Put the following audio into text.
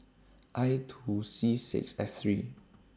I two C six F three